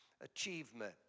achievement